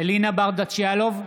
אלינה ברדץ' יאלוב,